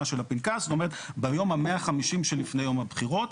של הפנקס ואומרת ביום ה-150 שלפני יום הבחירות.